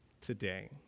today